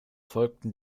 folgten